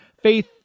Faith